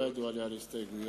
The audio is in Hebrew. לא ידוע על הסתייגויות,